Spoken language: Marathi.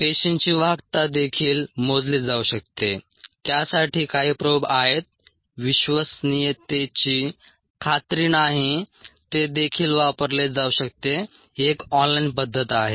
पेशींची वाहकता देखील मोजली जाऊ शकते त्यासाठी काही प्रोब आहेत विश्वसनीयतेची खात्री नाही ते देखील वापरले जाऊ शकते ही एक ऑनलाइन पद्धत आहे